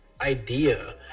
idea